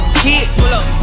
kid